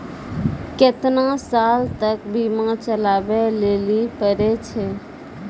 केतना साल तक बीमा चलाबै लेली पड़ै छै?